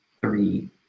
three